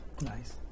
Nice